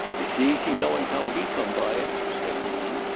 it's easy knowing how he come by it, said bean.